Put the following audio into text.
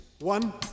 One